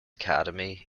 academy